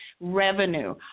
revenue